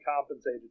compensated